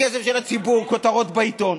בכסף של הציבור, כותרות בעיתון.